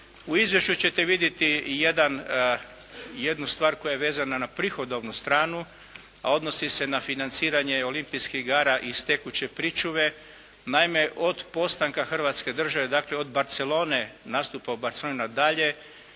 U izvješću ćete vidjeti jednu stvar koja je vezana na prihodovnu stranu, a odnosi se na financiranje Olimpijskih igara iz tekuće pričuve. Naime, od postanka Hrvatske države dakle od Barcelone, nastupa u Barcelonu nadalje,